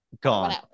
gone